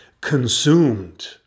consumed